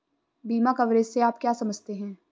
बीमा कवरेज से आप क्या समझते हैं?